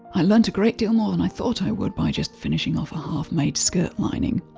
i learned a great deal more than i thought i would by just finishing off a half made skirt lining.